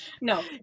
no